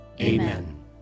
Amen